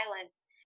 violence